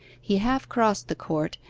he half crossed the court,